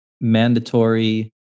mandatory